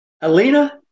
Alina